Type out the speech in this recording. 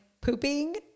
pooping